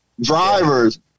drivers